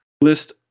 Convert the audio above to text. list